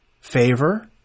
favor